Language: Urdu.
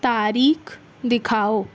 تاریخ دکھاؤ